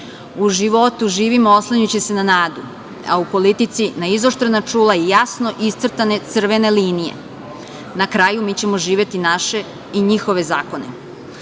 U životu živimo oslanjajući se na nadu, a u politici na izoštrena čula i jasno iscrtane crvene linije. Na kraju, mi ćemo živeti naše i njihove zakone.